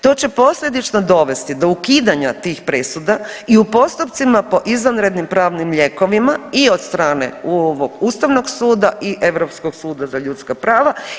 To će posljedično dovesti do ukidanja tih presuda i u postupcima po izvanrednim pravnim lijekovima i od strane ovog Ustavnog suda i Europskog suda za ljudska prava.